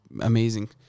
amazing